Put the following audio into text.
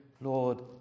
Lord